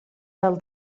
del